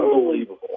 unbelievable